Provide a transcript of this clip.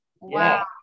Wow